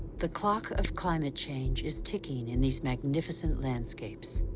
the clock of climate change is ticking in these magnificent landscapes.